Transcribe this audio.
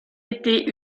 été